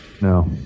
no